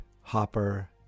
Hopper